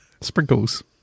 sprinkles